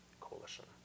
coalition